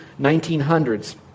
1900s